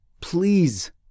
please